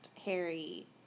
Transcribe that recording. Harry